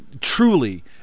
truly